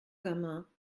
gamin